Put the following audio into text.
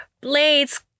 blades